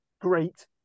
great